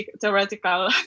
theoretical